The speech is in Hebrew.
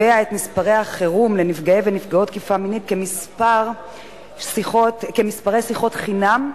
את מספרי החירום לנפגעי ונפגעות תקיפה מינית כמספרי שיחות חינם,